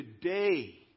today